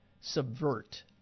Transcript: subvert